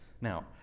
Now